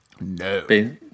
No